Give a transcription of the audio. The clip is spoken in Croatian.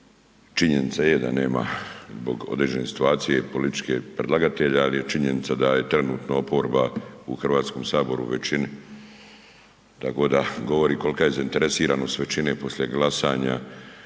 činjenica je da nema zbog određene situacije političke predlagatelja ali je činjenica da je trenutno oporba u Hrvatskom saboru u većini, tako da govori kolika je zainteresiranost većine poslije glasanja